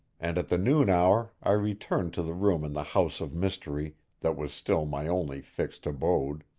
and at the noon hour i returned to the room in the house of mystery that was still my only fixed abode.